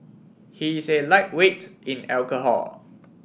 he is a lightweight in alcohol